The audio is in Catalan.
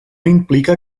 implica